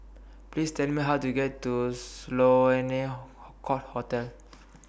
Please Tell Me How to get to Sloane Court Hotel